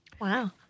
Wow